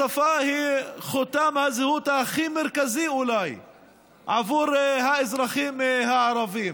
השפה היא אולי חותם הזהות הכי מרכזי עבור האזרחים הערבים.